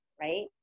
right